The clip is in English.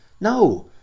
No